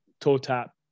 toe-tap